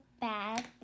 Bad